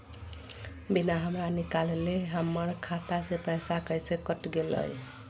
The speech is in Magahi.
बिना हमरा निकालले, हमर खाता से पैसा कैसे कट गेलई?